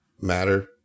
matter